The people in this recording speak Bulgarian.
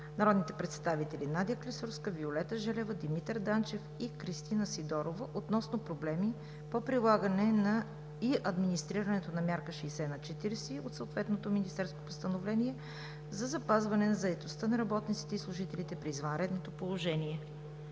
народните представители Надя Клисурска, Виолета Желева, Димитър Данчев и Кристина Сидорова относно проблеми по прилагането и администрирането на мярката 60/40 от съответното Министерско постановление за запазване на заетостта на работниците и служителите при извънредното положение.